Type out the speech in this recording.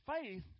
Faith